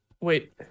wait